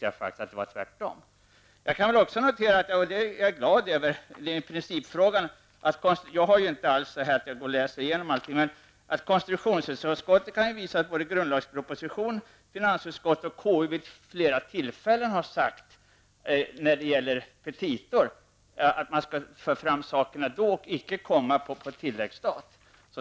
Jag trodde att det var tvärtom. Konstitutionsutskottet i samband med en grundlagsproposition och finansutskottet har vid flera tillfällen sagt när det gäller petitor att man skall föra fram sakerna då och inte på tilläggstaten.